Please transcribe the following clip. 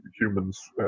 humans